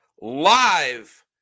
live